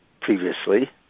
previously